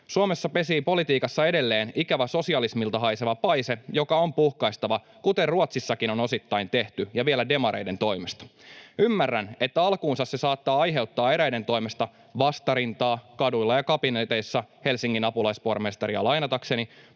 Suomessa pesii politiikassa edelleen ikävä sosialismilta haiseva paise, joka on puhkaistava, kuten Ruotsissakin on osittain tehty ja vielä demareiden toimesta. Ymmärrän, että alkuunsa se saattaa aiheuttaa eräiden toimesta ”vastarintaa” kaduilla ja kabineteissa, Helsingin apulaispormestaria lainatakseni,